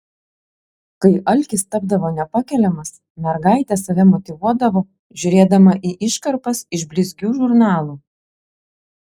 kai alkis tapdavo nepakeliamas mergaitė save motyvuodavo žiūrėdama į iškarpas iš blizgių žurnalų